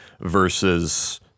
versus